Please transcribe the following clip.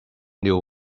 new